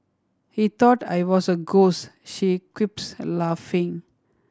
he thought I was a ghost she quips laughing